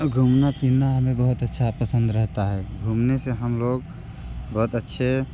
घूमने फिरना हमें बहुत अच्छा पसंद रहता है घूमने से हम लोग बहुत अच्छे